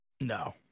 No